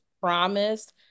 promised